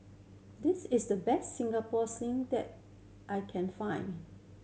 this is the best Singapore Sling that I can find